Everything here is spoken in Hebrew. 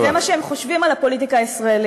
זה מה שהם חושבים על הפוליטיקה הישראלית.